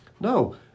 No